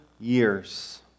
years